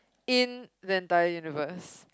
in the entire universe